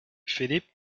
philip